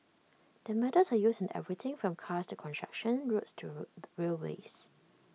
the metals are used in everything from cars to construction roads to railways